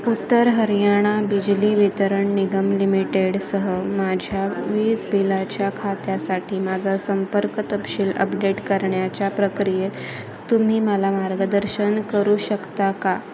उत्तर हरियाणा बिजली वितरण निगम लिमिटेडसह माझ्या वीज बिलाच्या खात्यासाठी माझा संपर्क तपशील अपडेट करण्याच्या प्रक्रियेत तुम्ही मला मार्गदर्शन करू शकता का